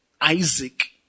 Isaac